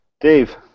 Dave